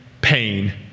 pain